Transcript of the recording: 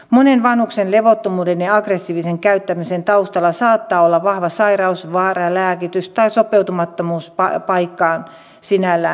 monen vanhuksen levottomuuden ja aggressiivisen käyttäytymisen taustalla saattaa olla vahva sairaus väärä lääkitys tai sopeutumattomuus paikkaan sinällään